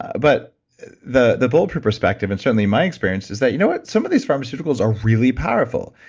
but the the bulletproof perspective, and certainly my experience is that you know what, some of these pharmaceuticals are really powerful.